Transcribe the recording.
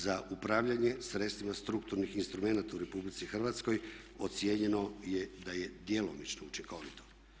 Za upravljanje sredstvima strukturnih instrumenata u RH ocijenjeno je da je djelomično učinkovito.